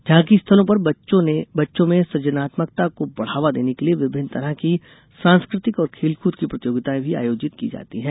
झांकी स्थलों पर बच्चों में सृजनात्मकता को बढ़ावा देने के लिए विभिन्न तरह की सांस्कृतिक और खेलकूद की प्रतियोगितायें भी आयोजित की जाती है